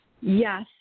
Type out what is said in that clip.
Yes